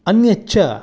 अन्यच्च